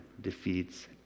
defeats